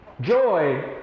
joy